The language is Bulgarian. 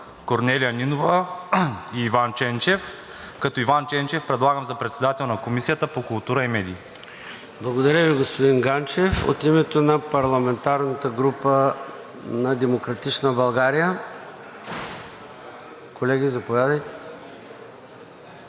Корнелия Нинова и Иван Ченчев, като Иван Ченчев предлагам за председател на Комисията по културата и медиите. ПРЕДСЕДАТЕЛ ЙОРДАН ЦОНЕВ: Благодаря Ви, господин Ганчев. От името на парламентарната група на „Демократична България“? Колеги, заповядайте.